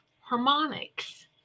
harmonics